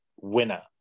winner